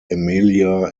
emilia